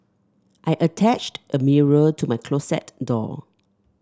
I attached a mirror to my closet door